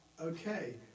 okay